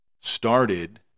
started